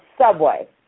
Subway